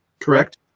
correct